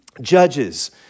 judges